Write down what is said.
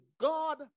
God